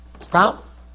Stop